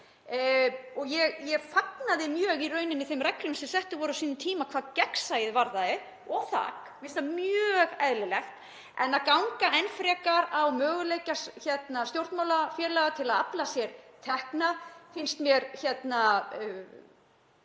og ég fagnaði mjög í rauninni í þeim reglum sem settar voru á sínum tíma hvað gegnsæið og þak varðaði, mér finnst það mjög eðlilegt. En að ganga enn frekar á möguleika stjórnmálafélaga til að afla sér tekna finnst mér